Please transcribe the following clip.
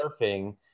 surfing